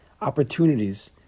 opportunities